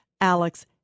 Alex